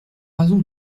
raison